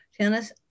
tennis